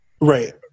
Right